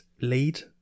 lead